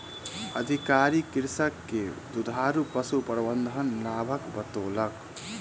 अधिकारी कृषक के दुधारू पशु प्रबंधन के लाभ बतौलक